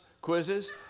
quizzes